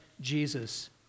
Jesus